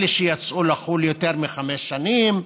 אלה שיצאו לחו"ל יותר מחמש שנים,